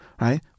right